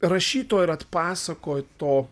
rašyto ir atpasakoto